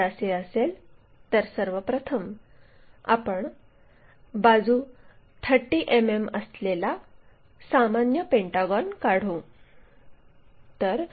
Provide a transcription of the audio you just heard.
जर असे असेल तर सर्व प्रथम आपण बाजू 30 मिमी असलेला सामान्य पेंटागॉन काढू